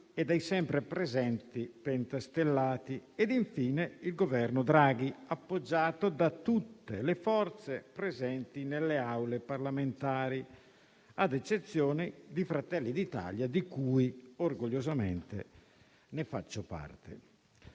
e dai sempre presenti pentastellati e, infine, al Governo Draghi, appoggiato da tutte le forze presenti nelle Aule parlamentari, ad eccezione di Fratelli d'Italia, di cui orgogliosamente faccio parte.